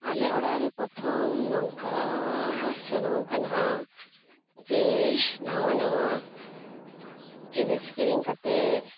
ᱟᱞᱮ ᱚᱲᱟᱜᱨᱮ ᱯᱚᱛᱷᱚᱢ ᱱᱚᱝᱠᱟᱻ ᱥᱩᱨᱩᱣ ᱠᱟᱱᱟ ᱡᱮ ᱱᱟᱣᱟ ᱱᱟᱣᱟ ᱡᱤᱱᱤᱥ ᱠᱤᱨᱤᱧ ᱠᱟᱛᱮ